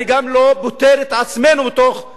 אני גם לא פוטר את עצמנו מאחריות,